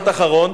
משפט אחרון.